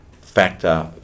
Factor